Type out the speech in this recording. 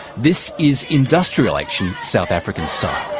this is industrial action, south african style.